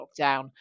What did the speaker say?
lockdown